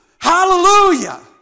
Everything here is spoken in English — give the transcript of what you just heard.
hallelujah